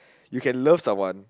you can love someone